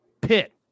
Pitt